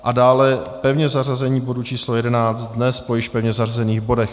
A dále pevné zařazení bodu číslo 11 dnes po již pevně zařazených bodech.